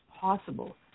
possible